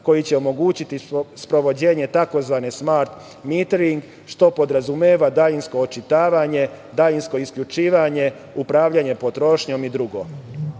koji će omogućiti sprovođenje tzv. smartmitring, što podrazumeva daljinsko očitavanje, daljinsko isključivanje, upravljanje, potrošnjom i